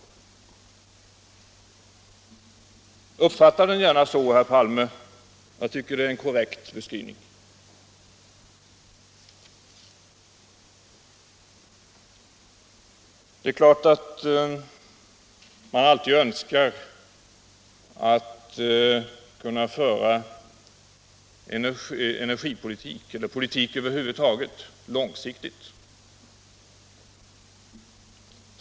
Uppfatta = Särskilt tillstånd att det gärna så, herr Palme! Jag tycker att det är en korrekt beskrivning. = tillföra kärnreak Man önskar naturligtvis alltid att kunna föra energipolitik — och politik tor kärnbränsle, över huvud taget — långsiktigt.